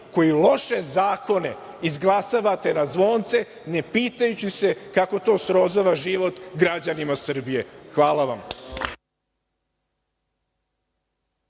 koji loše zakone izglasavate na zvonce, ne pitajući se kako to srozava život građanima Srbije. Hvala vam.